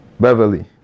Beverly